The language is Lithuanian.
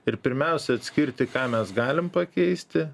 ir pirmiausia atskirti ką mes galim pakeisti